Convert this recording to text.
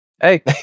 Hey